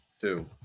Two